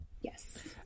Yes